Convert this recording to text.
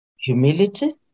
humility